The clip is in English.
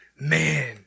Man